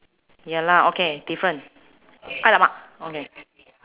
ya lah okay different !alamak! okay